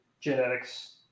genetics